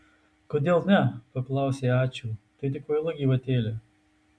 kodėl ne paklausė ačiū tai tik kvaila gyvatėlė